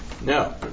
No